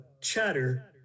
chatter